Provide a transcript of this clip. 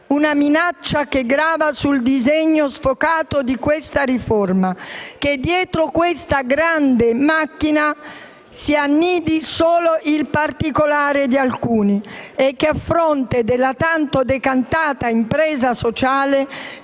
una minaccia che grava sul disegno sfocato di questa riforma: che dietro questa grande macchina si annidi solo il *particulare* di alcuni che - a fronte della tanto decantata «impresa sociale»